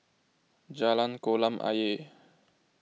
Jalan Kolam Ayer